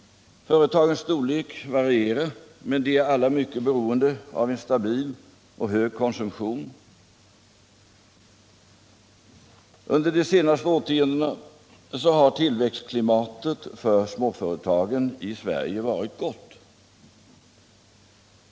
Företagens storlek varierar, men de är alla mycket beroende av en stabil och hög konsumtion. Under de senaste årtiondena har tillväxtklimatet för småföretagen i Sverige varit gott.